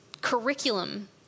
curriculum